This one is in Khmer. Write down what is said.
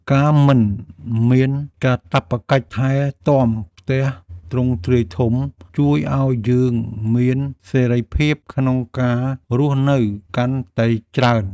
ការមិនមានកាតព្វកិច្ចថែទាំផ្ទះទ្រង់ទ្រាយធំ ជួយឱ្យយើងមានសេរីភាពក្នុងការរស់នៅកាន់តែច្រើន។